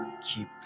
keep